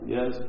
Yes